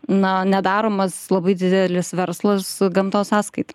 na nedaromas labai didelis verslas gamtos sąskaita